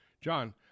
John